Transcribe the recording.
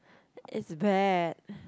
is bad